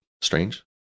strange